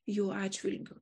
jų atžvilgiu